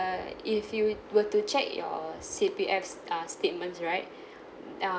if you were to check your C_P_F uh statements right uh